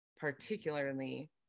particularly